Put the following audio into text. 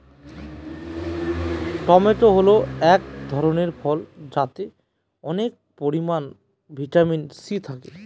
tomato হল এক ধরনের ফল যাতে অনেক পরিমান ভিটামিন সি থাকে